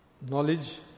Knowledge